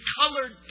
colored